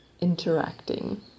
interacting